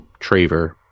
Traver